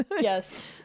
yes